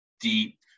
deep